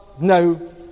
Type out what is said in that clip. No